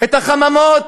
את החממות,